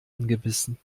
angebissen